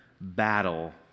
battle